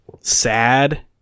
sad